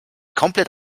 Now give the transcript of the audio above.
komplett